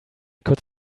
could